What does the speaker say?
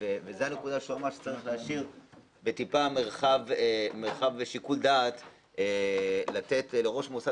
זו הנקודה שממש צריך להשאיר בטיפה מרחב ושיקול דעת לתת לראש מוסד